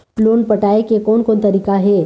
Loan पटाए के कोन कोन तरीका हे?